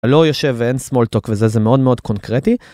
אני לא יושב ואין סמולטוק. וזה זה מאוד מאוד קונקרטי.